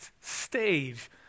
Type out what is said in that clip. stage